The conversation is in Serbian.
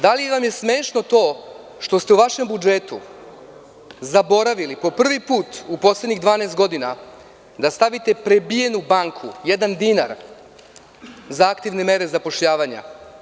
Da li vam je smešno to što ste u vašem budžetu zaboravili po prvi put u poslednjih 12 godina da stavite prebijenu banku, jedan dinar za aktivne mere zapošljavanja?